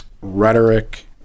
rhetoric